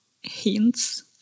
hints